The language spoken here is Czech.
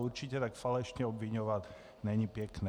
A určitě tak falešně obviňovat, není pěkné.